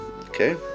Okay